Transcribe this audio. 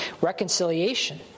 reconciliation